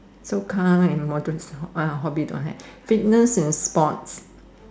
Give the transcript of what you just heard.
so car and motorcycle uh hobby don't have fitness and sports